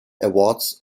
awards